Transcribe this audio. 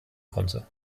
konnte